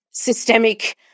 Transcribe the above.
systemic